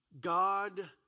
God